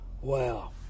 Wow